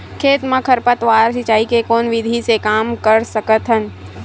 खेत म खरपतवार सिंचाई के कोन विधि से कम कर सकथन?